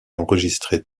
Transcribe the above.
enregistré